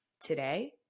today